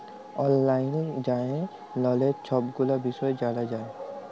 অললাইল যাঁয়ে ললের ছব গুলা বিষয় জালা যায়